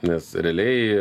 nes realiai